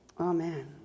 Amen